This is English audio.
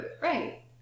Right